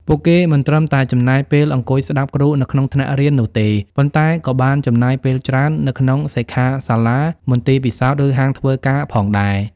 ពួកគេមិនត្រឹមតែចំណាយពេលអង្គុយស្តាប់គ្រូនៅក្នុងថ្នាក់រៀននោះទេ ប៉ុន្តែក៏បានចំណាយពេលច្រើននៅក្នុងសិក្ខាសាលា មន្ទីរពិសោធន៍ ឬហាងធ្វើការផងដែរ។